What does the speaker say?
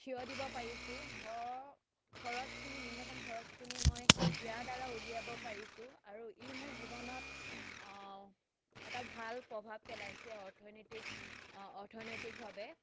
থিয় দিব পাৰিছোঁ ঘৰৰ খৰচখিনি ন্যূনতম খৰচখিনি মই ইয়াৰ দ্বাৰা উলিয়াব পাৰিছোঁ আৰু ই মোৰ জীৱনত এটা ভাল প্ৰভাৱ পেলাইছে অৰ্থনৈতিক অৰ্থনৈতিকভাৱে